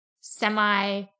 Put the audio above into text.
semi